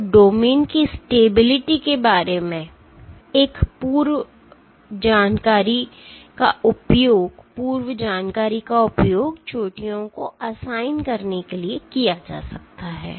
तो डोमेन की स्टेबिलिटी के बारे में एक पूर्व जानकारी का उपयोग चोटियों को असाइन करने के लिए किया जा सकता है